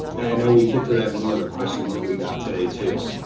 and i know we get to that in one of the questions that we got today too.